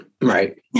Right